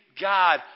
God